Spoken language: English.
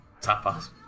tapas